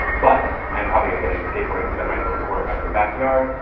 but i'm probably gonna get into skateboarding cause i might build a quarter pipe in the backyard.